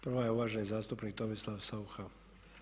Prva je uvaženi zastupnik Tomislav Saucha.